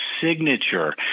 signature